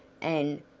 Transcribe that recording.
and,